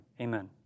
Amen